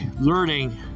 learning